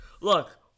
Look